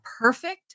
perfect